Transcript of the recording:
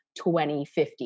2050